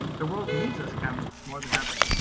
the world needs us chemists more than ever.